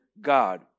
God